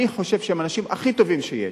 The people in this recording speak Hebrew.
אני חושב שהם האנשים הכי טובים שיש.